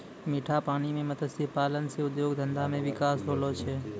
मीठा पानी मे मत्स्य पालन से उद्योग धंधा मे बिकास होलो छै